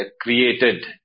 created